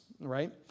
right